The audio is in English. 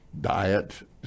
diet